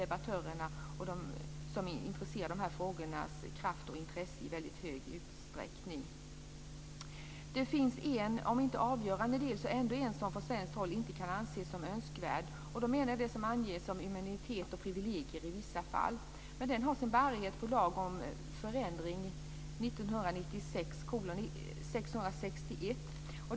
Debattörerna och de som är intresserade av dessa frågor ägnar i mycket stor utsträckning sin kraft åt den. Det finns en, om inte avgörande så ändå, del som från svenskt håll inte kan anses som önskvärd. Jag menar då det som anges som immunitet och privilegier i vissa fall. Det har sin bärighet på lag om ändring i lagen om immunitet och privilegier i vissa fall.